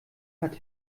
hat